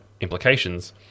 implications